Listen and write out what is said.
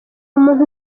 umuntu